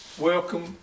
Welcome